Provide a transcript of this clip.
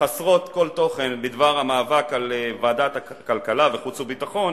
החסרות כל תוכן בדבר המאבק על ועדות הכלכלה וחוץ וביטחון.